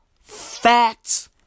facts